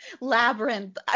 Labyrinth